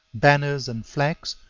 banners and flags,